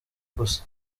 gusa